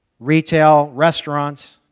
retail, restaurants,